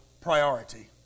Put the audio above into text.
priority